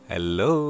Hello